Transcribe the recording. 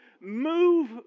move